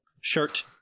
shirt